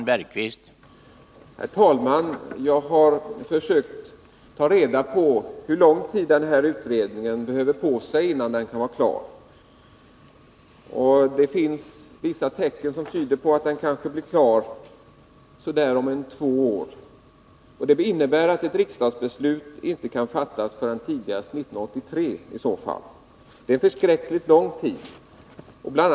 Herr talman! Jag har försökt ta reda på hur länge det dröjer innan utredningen är klar. Vissa tecken tyder på att den kanske blir klar om ungefär två år, vilket skulle innebära att ett riksdagsbeslut inte kan fattas förrän tidigast 1983. Det är en lång tid. Bl.